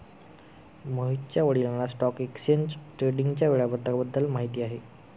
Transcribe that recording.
मोहितच्या वडिलांना stock exchange ट्रेडिंगच्या वेळापत्रकाबद्दल माहिती आहे